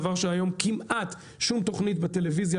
דבר שהיום כמעט שום תוכנית בטלוויזיה,